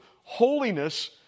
holiness